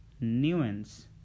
nuance